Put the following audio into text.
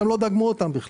לא דגמו אותם בכלל.